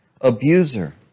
abuser